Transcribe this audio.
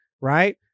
right